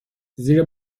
زیرا